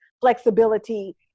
flexibility